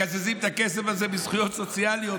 מקזזים את הכסף הזה מזכויות סוציאליות,